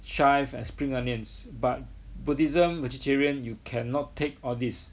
chives and spring onions but buddhism vegetarian you cannot take all this